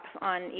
on